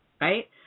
right